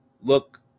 look